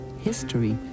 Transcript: history